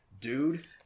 Dude